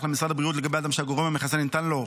למשרד הבריאות לגבי אדם שהגורם המחסן נתן לו חיסון.